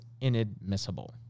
inadmissible